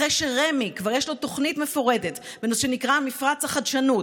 אחרי שלרמ"י כבר יש תוכנית מפורטת בנושא שנקרא "מפרץ החדשנות",